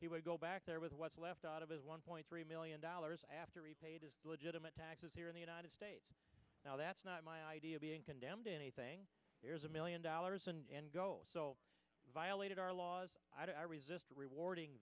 he would go back there with what's left out of his one point three million dollars after rebate is legitimate taxes here in the united states now that's not my idea of being condemned anything there's a million dollars violated our laws i resist rewarding